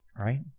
right